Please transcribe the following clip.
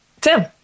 tim